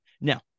Now